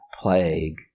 Plague